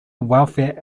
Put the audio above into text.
welfare